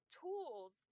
tools